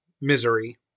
misery